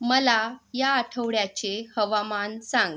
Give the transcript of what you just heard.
मला या आठवड्याचे हवामान सांग